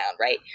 right